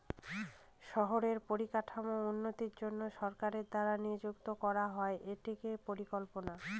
শহরের পরিকাঠামোর উন্নতির জন্য সরকার দ্বারা নিযুক্ত করা হয় একটি পরিকল্পনা